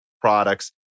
products